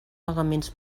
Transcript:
pagaments